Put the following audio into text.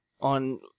on